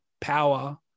power